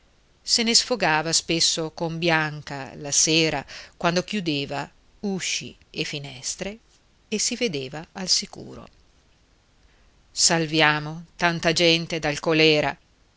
se ne sfogava spesso con bianca la sera quando chiudeva usci e finestre e si vedeva al sicuro salviamo tanta gente dal colèra